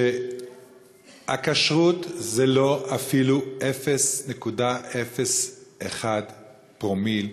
שעלות הכשרות היא אפילו לא אחוז, פרומיל,